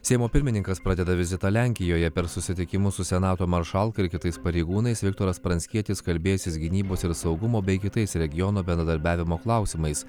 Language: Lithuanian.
seimo pirmininkas pradeda vizitą lenkijoje per susitikimus su senato maršalka ir kitais pareigūnais viktoras pranckietis kalbėsis gynybos ir saugumo bei kitais regiono bendradarbiavimo klausimais